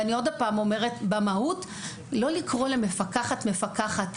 ואני עוד פעם אומרת: במהות לא לקרוא למפקחת מפקחת,